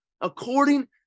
according